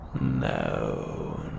No